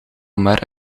maar